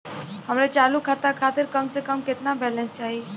हमरे चालू खाता खातिर कम से कम केतना बैलैंस चाही?